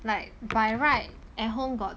like by right at home got